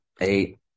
eight